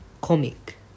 comic